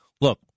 look